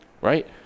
right